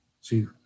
See